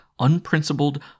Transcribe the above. unprincipled